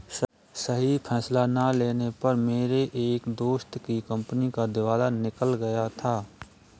सही फैसला ना लेने पर मेरे एक दोस्त की कंपनी का दिवाला निकल गया था